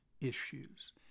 issues